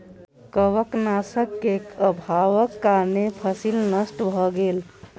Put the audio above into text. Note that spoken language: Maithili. कवकनाशक के अभावक कारणें फसील नष्ट भअ गेल